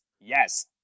Yes